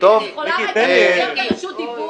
אני יכולה רגע לקבל רשות דיבור?